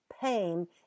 pain